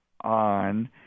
on